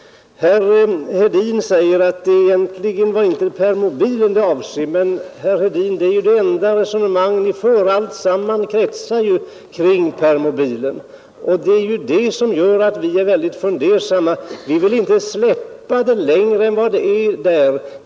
Herr Hedin säger att egentligen var det inte permobilen som avsågs. Men, herr Hedin, permobilen är ju det enda som resonemanget kretsar omkring. Det är ju det som gör att vi är väldigt tveksamma. Vi vill inte delegera handläggningen av de här ärendena.